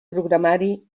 programari